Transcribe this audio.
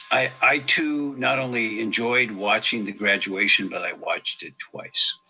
i too not only enjoyed watching the graduation, but i watched it twice,